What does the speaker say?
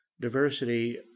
diversity